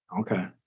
okay